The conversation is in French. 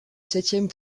septième